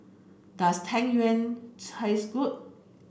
does Tang Yuen taste good